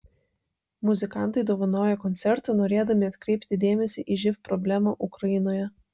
muzikantai dovanojo koncertą norėdami atkreipti dėmesį į živ problemą ukrainoje